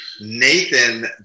Nathan